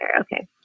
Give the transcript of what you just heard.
Okay